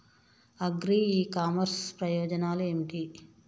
Agri e commerce ప్రయోజనాలు ఏమిటి?